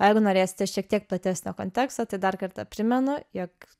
o jeigu norėsite šiek tiek platesnio konteksto tai dar kartą primenu jog